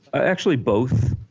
actually both,